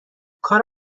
کار